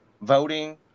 voting